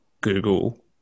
Google